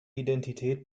identität